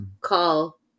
call